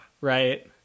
Right